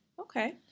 Okay